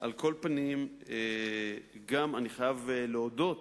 על כל פנים, אני חייב להודות